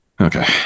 Okay